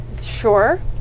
Sure